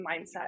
mindset